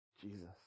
Jesus